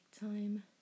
time